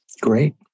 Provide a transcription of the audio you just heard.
Great